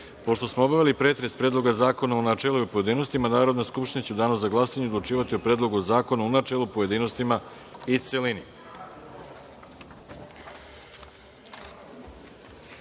smo obavili pretres predloga zakona u načelu i u pojedinostima, Narodna skupština će u danu za glasanje odlučivati o Predlogu zakona u načelu, pojedinostima i u celini.S